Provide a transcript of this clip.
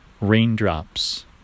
raindrops